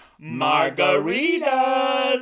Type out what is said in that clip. margaritas